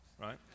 right